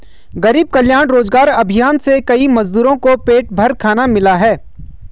गरीब कल्याण रोजगार अभियान से कई मजदूर को पेट भर खाना मिला है